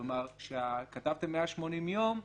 כלומר, כתבתם 180 יום,